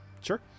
Sure